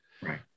Right